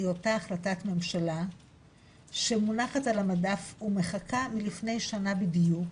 היא אותה החלטת ממשלה שמונחת על המדף ומחכה מלפני שנה בדיוק,